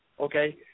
okay